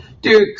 Dude